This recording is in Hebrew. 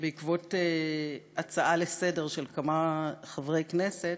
בעקבות הצעה לסדר-היום של כמה חברי כנסת,